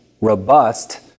robust